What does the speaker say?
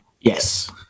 Yes